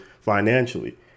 financially